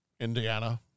Indiana